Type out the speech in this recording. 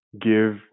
give